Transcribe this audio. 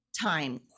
time